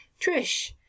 trish